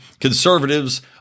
Conservatives